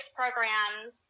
programs